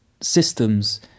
systems